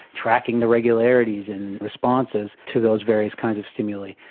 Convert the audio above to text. tracking the regularities and responses to those various kinds of stimuli,